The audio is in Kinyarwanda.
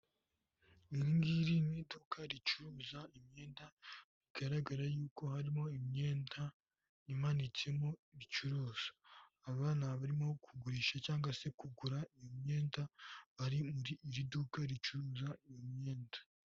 Iri ngiri ni iduka ricuruza imyenda, bigaragara yuko harimo imyenda imanitsemo ricuruza. Abana barimo kugurisha cyangwa se kugura imyenda, bari muri iri duka ricuruza iyo myenda.